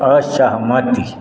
असहमति